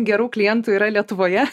gerų klientų yra lietuvoje